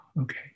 okay